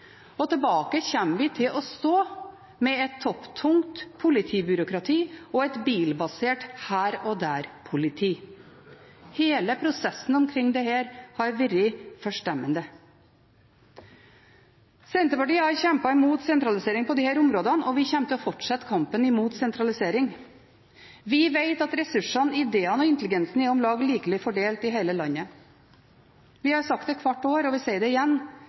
og tilbake kommer vi til å stå med et topptungt politibyråkrati og et bilbasert her og der-politi. Hele prosessen omkring dette har vært forstemmende. Senterpartiet har kjempet imot sentralisering på disse områdene, og vi kommer til å fortsette kampen imot sentralisering. Vi vet at ressursene, ideene og intelligensen er om lag likelig fordelt i hele landet. Vi har sagt det hvert år, og vi sier det igjen: